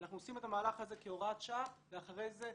אנחנו עושים את המהלך הזה כהוראת שעה ואחרי זה,